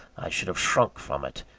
i should have shrunk from it,